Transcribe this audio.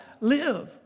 Live